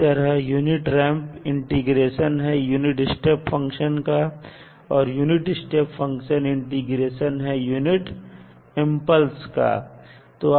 इसी तरह unit ramp integration है यूनिट स्टेप फंक्शन का और यूनिट स्टेप फंक्शन इंटीग्रेशन है यूनिट इंपल्स फंक्शन का